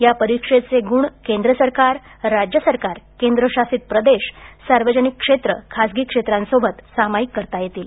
या परीक्षेचे गुण केंद्र सरकार राज्य सरकार केंद्र शासित प्रदेश सार्वजनिक क्षेत्र खाजगी क्षेत्रांसोबत सामायिक करता येतील